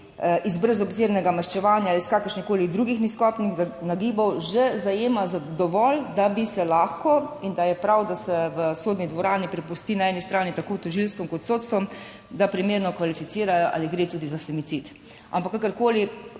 iz brezobzirnega maščevanja, iz kakršnihkoli drugih nizkotnih nagibov, že zajema dovolj, da bi se lahko in da je prav, da se v sodni dvorani prepusti na eni strani tako tožilstvom kot sodstvom, da primerno kvalificirajo, ali gre tudi za femicid. Kakorkoli,